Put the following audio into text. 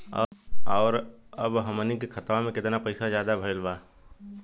और अब हमनी के खतावा में कितना पैसा ज्यादा भईल बा?